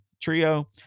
Trio